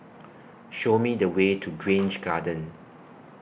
Show Me The Way to Grange Garden